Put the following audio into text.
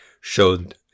showed